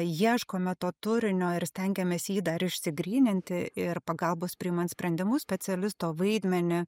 ieškome to turinio ir stengiamės jį dar išsigryninti ir pagalbos priimant sprendimus specialisto vaidmenį